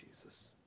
Jesus